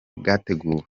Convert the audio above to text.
bwateguwe